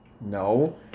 No